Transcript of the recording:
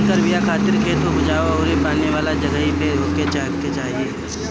संकर बिया खातिर खेत उपजाऊ अउरी पानी वाला जगही पे होखे के चाही